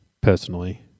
personally